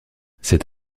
cet